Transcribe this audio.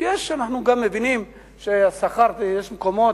אנחנו גם מבינים שיש מקומות,